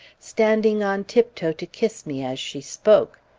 standing on tiptoe to kiss me as she spoke.